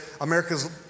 America's